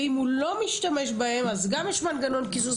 ואם הוא לא משתמש בהם אז גם יש מנגנון קיזוז,